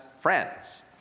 friends